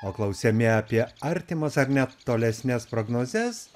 o klausiami apie artimas ar net tolesnes prognozes